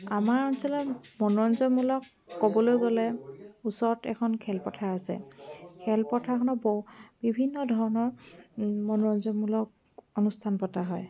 আমাৰ অঞ্চলত মনোৰঞ্জনমূলক ক'বলৈ গ'লে ওচৰত এখন খেলপথাৰ আছে খেলপথাৰখনত বিভিন্ন ধৰণৰ মনোৰঞ্জনমূলক অনুষ্ঠান পতা হয়